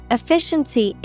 Efficiency